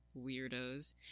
weirdos